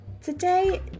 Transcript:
Today